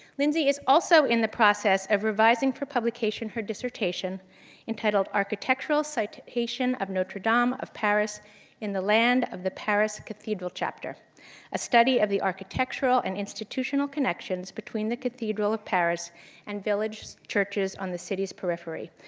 lindsey is also in the process of revising for publication her dissertation entitled architectural citation of notre-dame of paris in the land of the paris cathedral chapter a study of the architectural and institutional connections between the cathedral of paris and village churches on the city's periphery.